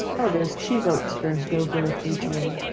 oh, there's two votes for yoga with adrienne.